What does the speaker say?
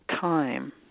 time